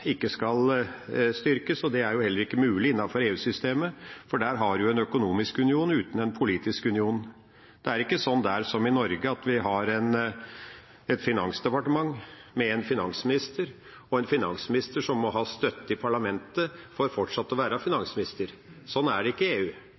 ikke styrkes, og det er jo heller ikke mulig innenfor EU-systemet, for der har en en økonomisk union uten en politisk union. Det er ikke sånn der som i Norge, at vi har et finansdepartement med en finansminister, og en finansminister som må ha støtte i parlamentet for fortsatt å være